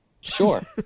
Sure